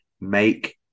make